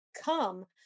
come